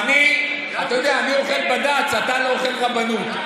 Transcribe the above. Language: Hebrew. אתה יודע, אני אוכל בד"ץ, אתה לא אוכל רבנות.